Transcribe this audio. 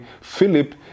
Philip